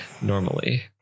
normally